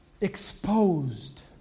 exposed